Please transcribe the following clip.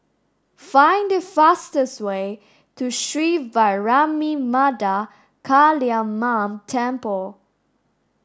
find the fastest way to Sri Vairavimada Kaliamman Temple